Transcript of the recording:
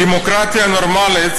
דמוקרטיה נורמלית